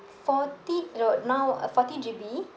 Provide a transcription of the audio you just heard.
forty no now uh forty G_B